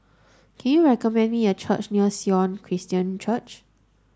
can you recommend me a restaurant near Sion Christian Church